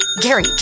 Gary